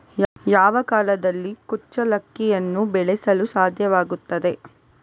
ಯಾವ ಕಾಲದಲ್ಲಿ ಕುಚ್ಚಲಕ್ಕಿಯನ್ನು ಬೆಳೆಸಲು ಸಾಧ್ಯವಾಗ್ತದೆ?